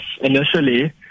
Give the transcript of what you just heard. initially